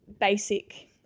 basic